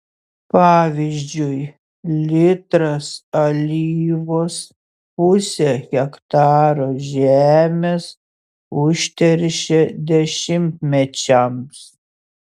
pavyzdžiui litras alyvos pusę hektaro žemės užteršia dešimtmečiams